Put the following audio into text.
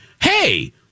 Hey